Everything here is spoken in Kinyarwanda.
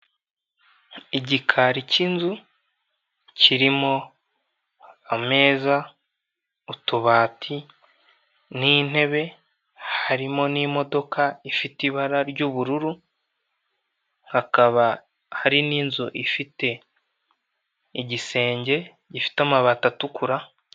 Igikari cy'inzu kirimo ameza utubati n'intebe harimo n'imodoka ifite ibara ry'ubururu hakaba hari n'inzu ifite igisenge gifite amabati atukura.